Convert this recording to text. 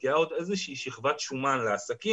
כי הייתה עוד איזה שהיא שכבת שומן לעסקים,